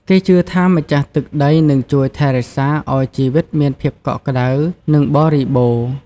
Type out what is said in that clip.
គេជឿថា ម្ចាស់ទឹកដីនឹងជួយថែរក្សាឲ្យជីវិតមានភាពកក់ក្តៅ និងបរិបូរណ៍។